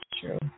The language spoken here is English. true